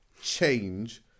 Change